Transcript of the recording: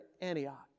Antioch